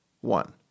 One